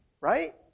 right